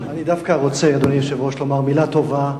אני דווקא רוצה, אדוני היושב-ראש, לומר מלה טובה,